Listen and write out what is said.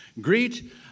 Greet